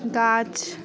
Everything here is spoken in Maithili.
गाछ